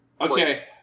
Okay